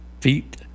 feet